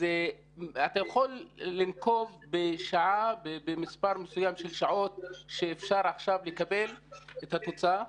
אתה יכול לנקוב במספר מסוים של שעות שאפשר עכשיו לקבל את התוצאה?